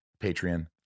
patreon